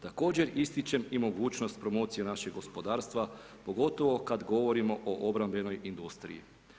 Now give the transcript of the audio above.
Također ističem i mogućnost promocije našeg gospodarstva, pogotovo kada govorimo o obrambenoj industriji.